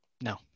No